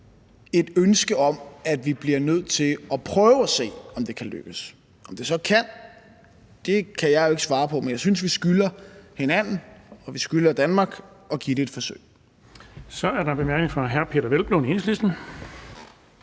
et ønske om. Vi bliver nødt til at prøve at se, om det kan lykkes. Om det så kan, kan jeg jo ikke svare på, men jeg synes, vi skylder hinanden og Danmark at give det et forsøg. Kl. 14:46 Den fg. formand (Erling Bonnesen):